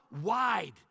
wide